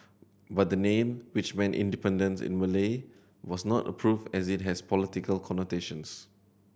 but the name which meant independence in Malay was not approved as it has political connotations